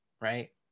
right